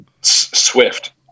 Swift